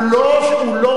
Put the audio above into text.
הוא לא יילל.